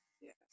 Yes